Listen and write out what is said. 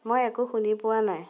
মই একো শুনি পোৱা নাই